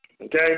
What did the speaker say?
Okay